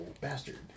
bastard